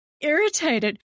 irritated